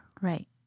Right